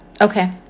Okay